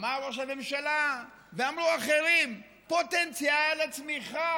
אמר ראש הממשלה ואמרו אחרים: פוטנציאל הצמיחה